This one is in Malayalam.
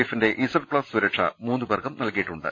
എഫിന്റെ ഇസെഡ് പ്ലസ് സുരക്ഷ മൂന്നുപേർക്കും നൽകിയിട്ടുണ്ട്